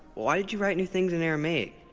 why did you write new things in aramaic?